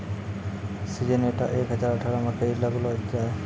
Syngenta एक हजार अठारह मकई लगैलो जाय?